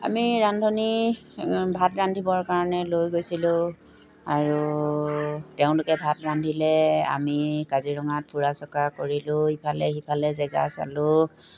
আমি ৰান্ধনি ভাত ৰান্ধিবৰ কাৰণে লৈ গৈছিলোঁ আৰু তেওঁলোকে ভাত ৰান্ধিলে আমি কাজিৰঙাত ফুৰা চকা কৰিলোঁ ইফালে সিফালে জেগা চালোঁ